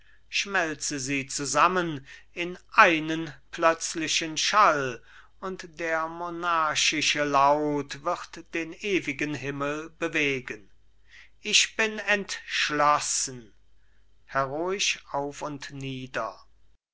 schmelze sie zusammen in einen plötzlichen schall und der monarchische laut wird den ewigen himmel bewegen ich bin entschlossen heroisch auf und nieder